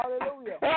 Hallelujah